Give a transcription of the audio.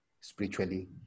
spiritually